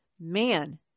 man